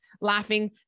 laughing